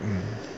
hmm